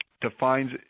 defines